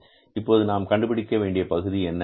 இப்போது நாம் கண்டுபிடிக்க வேண்டிய பகுதி என்ன